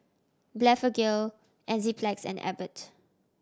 Blephagel Enzyplex and Abbott